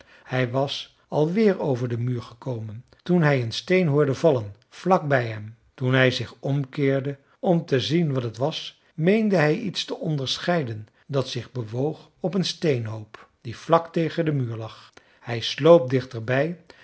hij was al weer over den muur gekomen toen hij een steen hoorde vallen vlak bij hem toen hij zich omkeerde om te zien wat dat was meende hij iets te onderscheiden dat zich bewoog op een steenhoop die vlak tegen de muur lag hij sloop dichterbij